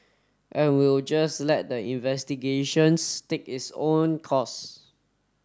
and we'll just let the investigations take its own course